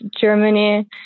Germany